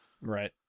Right